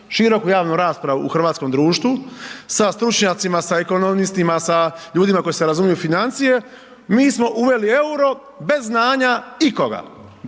široku javnu raspravu u hrvatskom društvu sa stručnjacima, sa ekonomistima, sa ljudima koji se razumiju u financije mi smo uveli euro bez znanja ikoga,